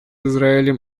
израилем